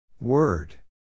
Word